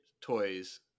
toys